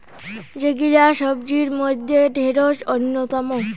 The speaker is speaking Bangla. যেগিলা সবজির মইধ্যে ঢেড়স অইন্যতম